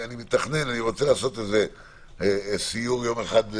אני מתכנן, אני רוצה לעשות סיור יום אחד,